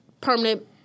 permanent